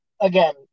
again